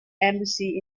embassy